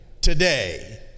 today